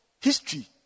history